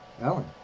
Ellen